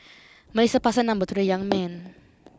Melissa passed her number to the young man